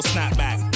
Snapback